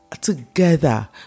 together